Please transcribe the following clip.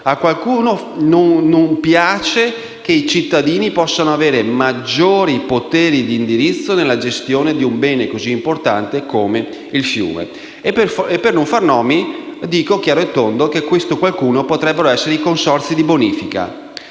A qualcuno non piace che i cittadini possano avere maggiori poteri di indirizzo nella gestione di un bene così importante come il fiume. E per non far nomi, dico chiaramente che questo qualcuno potrebbero essere i consorzi di bonifica.